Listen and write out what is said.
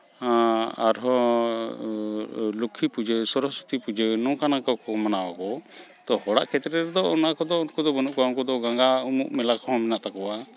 ᱟᱨᱦᱚᱸ ᱞᱚᱠᱠᱷᱤ ᱯᱩᱡᱟᱹ ᱥᱚᱨᱚᱥᱚᱛᱤ ᱯᱩᱡᱟᱹ ᱱᱚᱝᱠᱟ ᱱᱚᱝᱠᱟ ᱠᱚ ᱢᱟᱱᱟᱣᱟᱠᱚ ᱛᱚ ᱦᱚᱲᱟᱜ ᱠᱷᱮᱛᱨᱮ ᱨᱮᱫᱚ ᱚᱱᱟ ᱠᱚᱫᱚ ᱵᱟᱹᱱᱩᱜ ᱠᱚᱣᱟ ᱩᱱᱠᱩ ᱫᱚ ᱜᱚᱝᱜᱟ ᱩᱢᱩᱜ ᱢᱮᱞᱟ ᱠᱚᱦᱚᱸ ᱢᱮᱱᱟᱜ ᱛᱟᱠᱚᱣᱟ